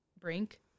Brink